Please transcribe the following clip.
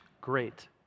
great